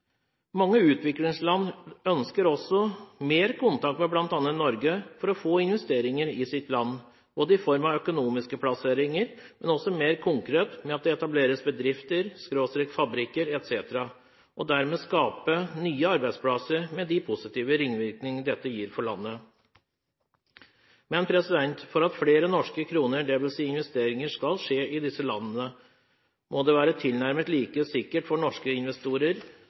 Mange utviklingsland ønsker også mer kontakt med bl.a. Norge for å få investeringer i sitt land, i form av økonomiske plasseringer, men også mer konkret ved at det etableres bedrifter/fabrikker etc., slik at det skapes nye arbeidsplasser med de positive ringvirkninger dette gir for landet. Men for at flere norske kroner, dvs. investeringer, skal skje i disse landene, må det være tilnærmet like sikkert for norske investorer